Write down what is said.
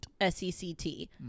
s-e-c-t